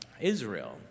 Israel